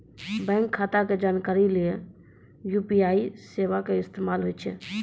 bank खाता के जानकारी लेली यू.पी.आई सेबा के इस्तेमाल होय छै